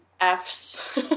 Fs